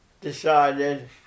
decided